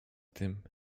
tym